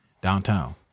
downtown